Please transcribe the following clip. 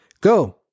Go